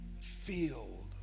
filled